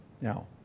now